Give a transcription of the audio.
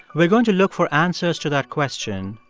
we're going to look for answers to that question,